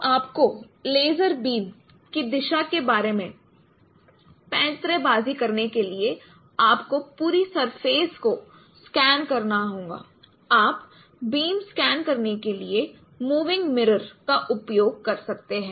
तो आपको laser beam की दिशा के बारे में पैंतरेबाज़ी करने के लिए आपको पूरे सरफेस को स्कैन करना होगा आप बीम स्कैन करने के लिए मूविंग मिरर का उपयोग कर सकते हैं